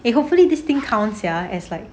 eh hopefully this thing how sia as like